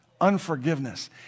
unforgiveness